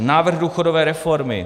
Návrh důchodové reformy.